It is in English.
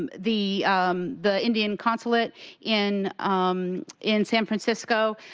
um the um the indian consulate in um in san francisco.